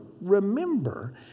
remember